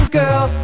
girl